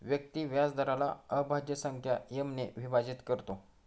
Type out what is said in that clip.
व्यक्ती व्याजदराला अभाज्य संख्या एम ने विभाजित करतो